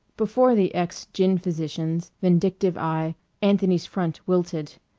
before the ex gin-physician's vindictive eye anthony's front wilted.